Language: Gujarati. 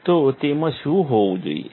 તો તેમાં શું હોવું જોઈએ